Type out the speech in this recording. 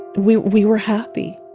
we we were happy